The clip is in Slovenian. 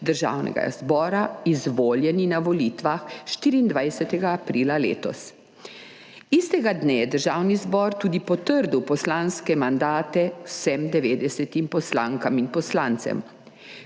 Državnega zbora izvoljeni na volitvah 24. aprila letos. Istega dne je Državni zbor tudi potrdil poslanske mandate vsem 90 poslankam in poslancem.